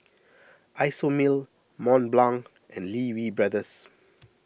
Isomil Mont Blanc and Lee Wee Brothers